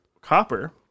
copper